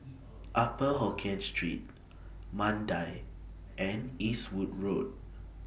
Upper Hokkien Street Mandai and Eastwood Road